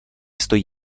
stojí